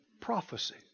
prophecy